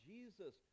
Jesus